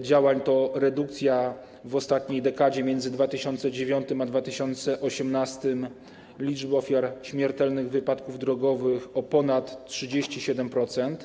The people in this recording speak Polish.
działań jest redukcja w ostatniej dekadzie, między 2009 r. a 2018 r., liczby ofiar śmiertelnych wypadków drogowych o ponad 37%.